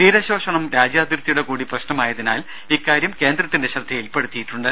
തീരശോഷണം രാജ്യാതിർത്തിയുടെ കൂടി പ്രശ്നമായതിനാൽ ഇക്കാര്യം കേന്ദ്രത്തിന്റെ ശ്രദ്ധയിൽപ്പെടുത്തിയിട്ടുണ്ട്